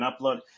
upload